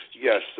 Yes